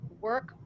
work